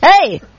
Hey